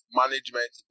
management